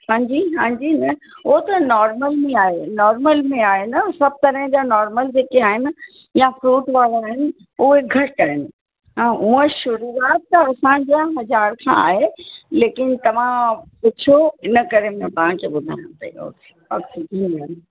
हां जी हां जी न ओ त नॉर्मल में आहे नॉर्मल में आहे हो सभु तरह जा नॉर्मल जेके आहिनि या फ़्रूट वारा आहिनि उहे घटि आहिनि हा हूअं शुरूआत त असांजा हज़ार खां आहे लेकिन तव्हां पुछियो इनकरे मां तव्हांखे ॿुधायां पई अघि हिनमें